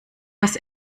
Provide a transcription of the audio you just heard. was